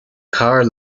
car